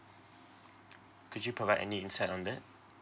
could you provide any insight on that